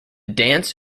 dance